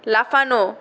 লাফানো